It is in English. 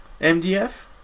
MDF